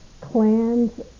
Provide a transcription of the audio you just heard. clans